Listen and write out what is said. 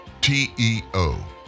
T-E-O